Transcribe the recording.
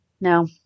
No